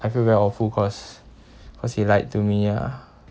I feel very awful cause cause he lied to me ah